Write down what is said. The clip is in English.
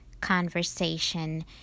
conversation